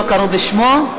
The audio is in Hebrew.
לא קראו בשמו?